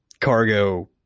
cargo